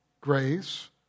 grace